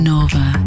Nova